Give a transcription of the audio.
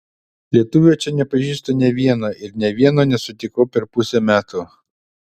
lietuvio čia nepažįstu nė vieno ir nė vieno nesutikau per pusę metų